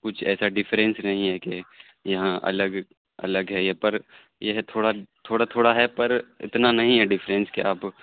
کچھ ایسا ڈفرینس نہیں ہے کہ یہاں الگ الگ ہے یہ پر یہ ہے تھوڑا تھوڑا تھوڑا ہے پر اتنا نہیں ہے ڈفرینس کہ آپ